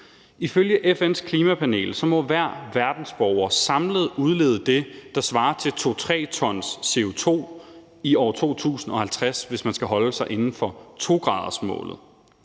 Ifølge FN's Klimapanel må hver verdensborger samlet udlede det, der svarer til 2-3 t CO2 i år 2050, hvis man skal holde sig inden for 2-gradersmålet.